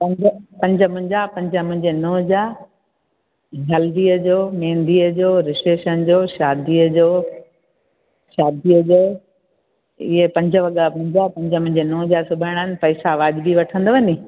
पंज पंज मुंहिंजा पंज मुंहिंजे नुंहुं जा हल्दीअ जो मेंहदीअ जो रिशेप्शन जो शादीअ जो शादीअ जो ये पंज वॻा मुंहिंजा पंज मुंहिंंजे नुंहुं जा सिबाइणा आहिनि पैसा वाजिबी वठंदव नी